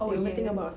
oh yes